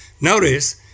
Notice